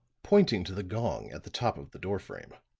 pointing to the gong at the top of the door frame.